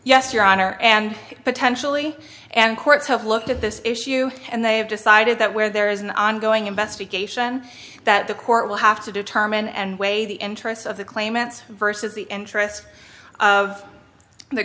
yes your honor and potentially and courts have looked at this issue and they have decided that where there is an ongoing investigation that the court will have to determine and weigh the interests of the claimants versus the interests of the